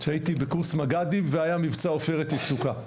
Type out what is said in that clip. שהייתי בקורס מג"דים והיה מבצע עופרת יצוקה.